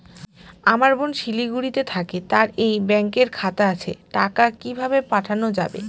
আমার বোন শিলিগুড়িতে থাকে তার এই ব্যঙকের খাতা আছে টাকা কি ভাবে পাঠানো যাবে?